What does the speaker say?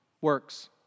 works